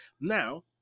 Now